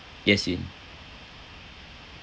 yes in